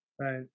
Right